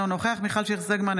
אינו נוכח מיכל שיר סגמן,